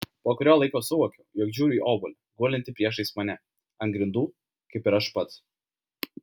po kurio laiko suvokiau jog žiūriu į obuolį gulintį priešais mane ant grindų kaip ir aš pats